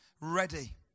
ready